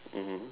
mmhmm